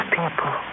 people